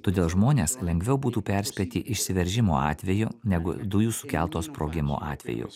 todėl žmones lengviau būtų perspėti išsiveržimo atveju negu dujų sukelto sprogimo atveju